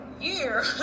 year